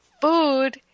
Food